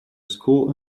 school